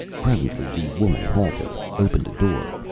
presently the woman halted, opened a door,